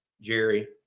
Jerry